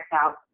out